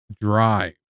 drive